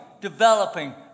developing